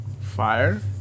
fire